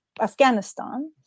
Afghanistan